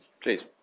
please